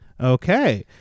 Okay